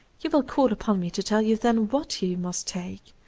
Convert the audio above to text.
you will call upon me to tell you then what you must take